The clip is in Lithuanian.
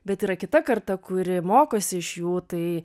bet yra kita karta kuri mokosi iš jų tai